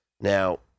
Now